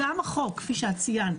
כפי שציינת,